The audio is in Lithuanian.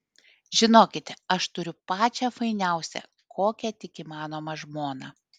žinokite aš turiu pačią fainiausią kokią tik įmanoma žmoną